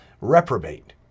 reprobate